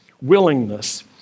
willingness